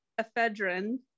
ephedrine